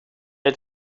het